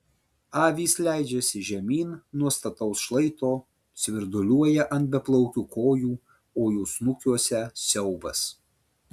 avys leidžiasi žemyn nuo stataus šlaito svirduliuoja ant beplaukių kojų o jų snukiuose siaubas